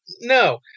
no